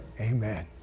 Amen